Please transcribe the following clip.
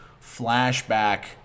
flashback